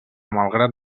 malgrat